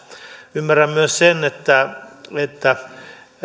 ymmärrän myös sen että että